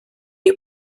you